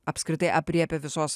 apskritai aprėpia visos